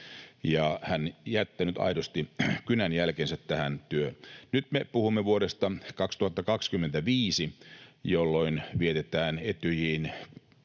on jättänyt aidosti kynänjälkensä tähän työhön. Nyt me puhumme vuodesta 2025, jolloin vietetään